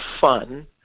fun